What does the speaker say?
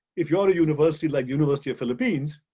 if you're a university like university of philippines,